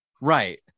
right